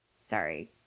Sorry